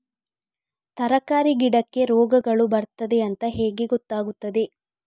ತರಕಾರಿ ಗಿಡಕ್ಕೆ ರೋಗಗಳು ಬರ್ತದೆ ಅಂತ ಹೇಗೆ ಗೊತ್ತಾಗುತ್ತದೆ?